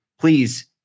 please